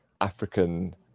African